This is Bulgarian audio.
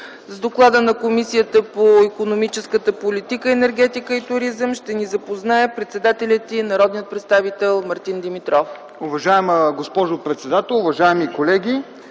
С доклада на Комисията по икономическата политика, енергетика и туризъм ще ни запознае председателят й народният представител Мартин Димитров.